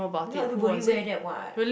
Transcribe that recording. not everybody wear that [what]